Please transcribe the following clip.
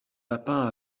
lapin